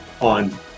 on